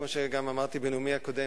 כמו שגם אמרתי בנאומי הקודם,